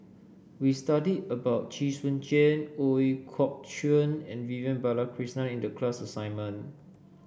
we studied about Chee Soon Juan Ooi Kok Chuen and Vivian Balakrishnan in the class assignment